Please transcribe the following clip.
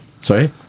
Sorry